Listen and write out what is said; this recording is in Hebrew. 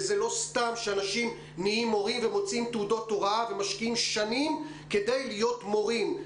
לא סתם אנשים מוציאים תעודות הוראה ומשקיעים שנים כדי להיות מורים.